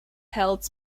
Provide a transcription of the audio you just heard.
held